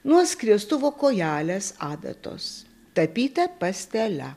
nuo skriestuvo kojelės adatos tapyta pastele